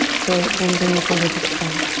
great, then bring the fingertips down.